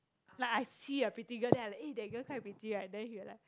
like I see a pretty girl then I like eh that girl quite pretty right then he will like